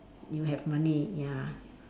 you have money ya